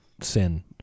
sin